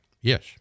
Yes